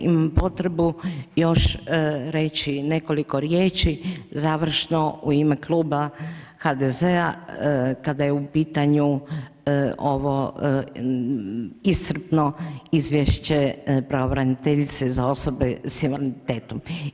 Imam potrebu još reći nekoliko riječi završno u ime Kluba HDZ-a kada je u pitanju ovo iscrpno izvješće pravobraniteljice za osobe s invaliditetom.